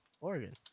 Oregon